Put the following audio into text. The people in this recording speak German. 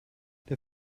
der